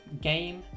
Game